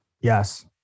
Yes